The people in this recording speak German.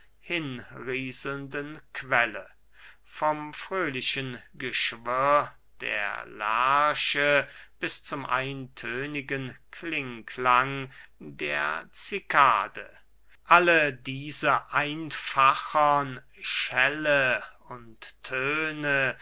rieselnden quelle vom fröhlichen geschwirr der lerche bis zum eintönigen klingklang der cikade alle diese einfachern schälle und töne